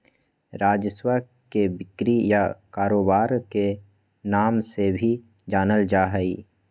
राजस्व के बिक्री या कारोबार के नाम से भी जानल जा हई